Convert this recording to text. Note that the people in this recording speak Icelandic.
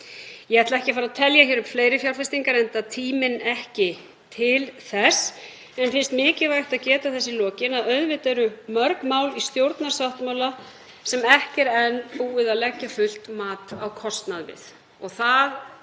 Ég ætla ekki að fara að telja upp fleiri fjárfestingar enda ekki tími til þess, en mér finnst mikilvægt að geta þess í lokin að auðvitað eru mörg mál í stjórnarsáttmála sem ekki er enn búið að leggja fullt mat á kostnað við.